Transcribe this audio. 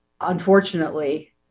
unfortunately